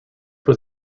was